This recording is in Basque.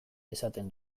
esaten